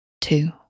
two